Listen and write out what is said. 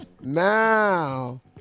Now